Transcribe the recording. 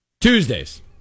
Tuesdays